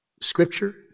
Scripture